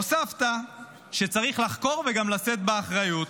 הוספת שצריך לחקור וגם לשאת באחריות.